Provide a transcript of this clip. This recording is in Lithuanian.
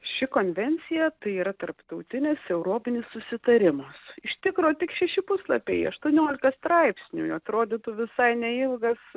ši konvencija tai yra tarptautinis europinis susitarimas iš tikro tik šeši puslapiai aštuoniolika straipsniui atrodytų visai neilgas